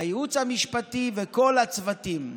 הייעוץ המשפטי וכל הצוותים.